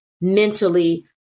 mentally